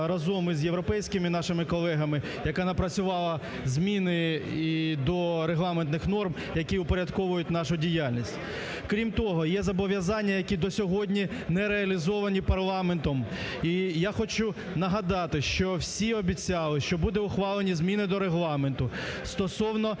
разом із європейськими нашими колегами, яка напрацювала зміни до регламентних норм, які впорядковують нашу діяльність. Крім того, є зобов'язання, які до сьогодні не реалізовані парламентом. І я хочу нагадати, що всі обіцяли, що будуть ухвалені зміни до Регламенту стосовно